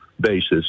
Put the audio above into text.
basis